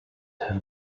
have